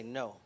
no